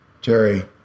Jerry